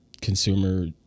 consumer